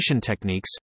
techniques